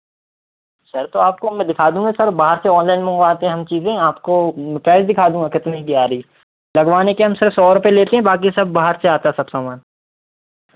sir तो मैं आपको दिखा दूंगा सर बाहर से ऑनलाइन मंगवाते हम चीज़ें आपको प्राइस दिखा दूंगा कितने की आ रही लगवाने के हम सर सौ रुपए लेते हैं बाँकी सब बाहर से आता है सब सामान